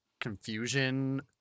Confusion